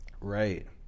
Right